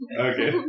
Okay